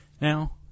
now